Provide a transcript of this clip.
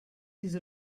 diese